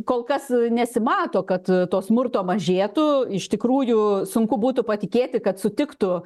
kol kas nesimato kad to smurto mažėtų iš tikrųjų sunku būtų patikėti kad sutiktų